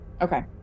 okay